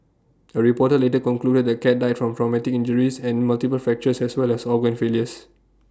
A reporter later concluded the cat died from from medic injuries and multiple fractures as well as organ failures